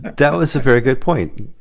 that was a very good point,